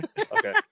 Okay